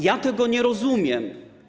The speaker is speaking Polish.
Ja tego nie rozumiem.